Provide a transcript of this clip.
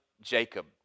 Jacob